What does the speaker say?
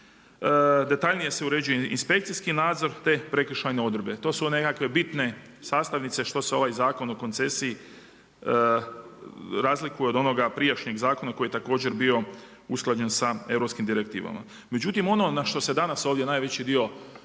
detaljnije se uređuje inspekcijski nadzor te prekršajne odredbe, to su nekakve bitne sastavnice što se ovaj Zakon o koncesiji razlikuje od onoga prijašnjeg zakona koji je također bio usklađen sa europskim direktivama. Međutim ono na što se danas ovdje najveći